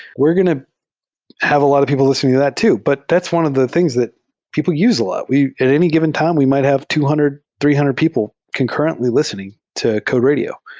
we're going to have a lot of people lis tening to that too, but that's one of the things that people use a lot. at any given time, we might have two hundred, three hundred people concurrently lis tening to code radio.